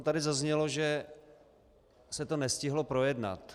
Tady zaznělo, že se to nestihlo projednat.